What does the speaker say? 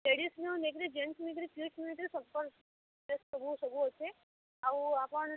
ଲେଡ଼ିସ୍ନୁ ନେଇକିରି ଜେନ୍ଟ୍ସ ନେଇକିରି ନେଇକିରି ସବକର୍ ଡ୍ରେସ୍ ସବୁ ସବୁ ଅଛେ ଆଉ ଆପଣ